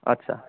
आत्सा